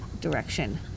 direction